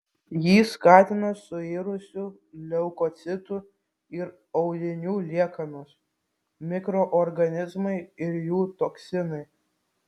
jį skatina suirusių leukocitų ir audinių liekanos mikroorganizmai ir jų toksinai